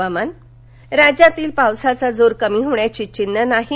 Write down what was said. हवामान राज्यातील पावसाचा जोर कमी होण्याची चिन्हं नाहीत